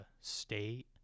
state